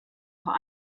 vor